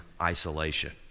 isolation